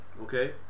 Okay